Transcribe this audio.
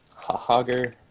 Hogger